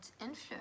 influence